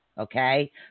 Okay